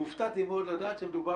הופתעתי מאוד לדעת שמדובר